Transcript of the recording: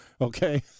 okay